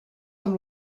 amb